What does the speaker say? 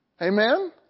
Amen